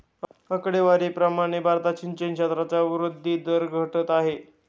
आकडेवारी प्रमाणे भारतात सिंचन क्षेत्राचा वृद्धी दर घटत आहे